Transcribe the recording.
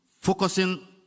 focusing